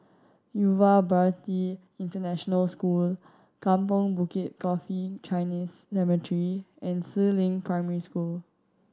Yuva Bharati International School Kampong Bukit Coffee Chinese Cemetery and Si Ling Primary School